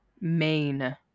main